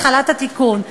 התחלת התיקון.